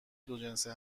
دوجنسه